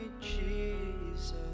Jesus